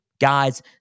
Guys